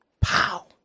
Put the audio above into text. pow